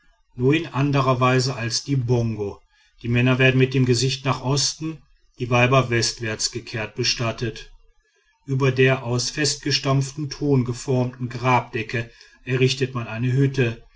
nur in anderer weise als die bongo die männer werden mit dem gesicht nach osten die weiber westwärts gekehrt bestattet über der aus festgestampftem ton geformten grabdecke errichtet man eine hütte